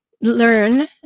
learn